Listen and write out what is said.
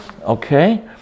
okay